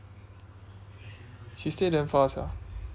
she stay damn far sia